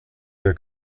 der